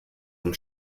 vom